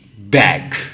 back